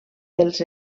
pels